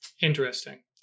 Interesting